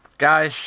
guys